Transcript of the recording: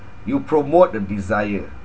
you promote the desire